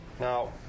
Now